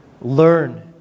learn